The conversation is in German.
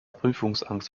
prüfungsangst